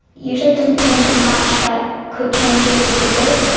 usually doesn't change it much, but could change it just a bit.